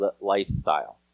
lifestyle